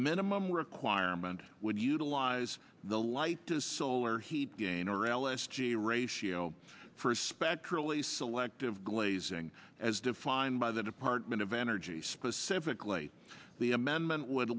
minimum requirement would utilize the light to solar heat gain or l s g ratio for spectrally selective glazing as defined by the department of energy specifically the amendment would